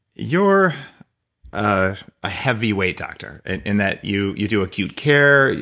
your a ah heavy weight doctor in that you you do acute care,